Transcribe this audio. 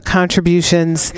contributions